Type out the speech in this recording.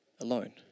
alone